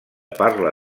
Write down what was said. parla